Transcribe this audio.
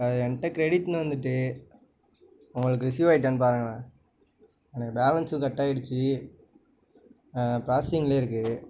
அது என்கிட்ட கிரெடிட்டுனு வந்துட்டு உங்களுக்கு ரிஸிவ் ஆயிட்டானு பாருங்களேன் எனக்கு பேலென்ஸும் கட் ஆயிடுச்சு பிராஸஸ்ஸிங்லேயே இருக்குது